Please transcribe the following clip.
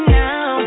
now